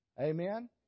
Amen